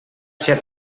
ser